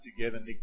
together